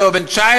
או בן 19,